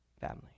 family